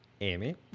Amy